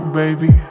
baby